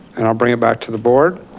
and i'll bring it back to the board.